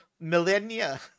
millennia